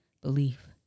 belief